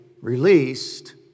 released